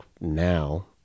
now